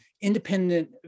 independent